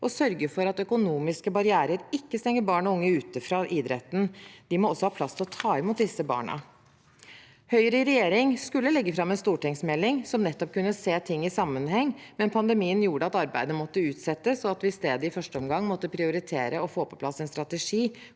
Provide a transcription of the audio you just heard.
å sørge for at økonomiske barrierer ikke stenger barn og unge ute fra idretten. De må også ha plass til å ta imot disse barna. Høyre i regjering skulle legge fram en stortingsmelding som nettopp kunne se ting i sammenheng, men pandemien gjorde at arbeidet måtte utsettes, og at vi i stedet i første omgang måtte prioritere å få på plass en strategi